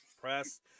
press